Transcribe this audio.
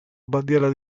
bandiera